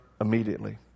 immediately